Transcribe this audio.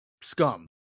scum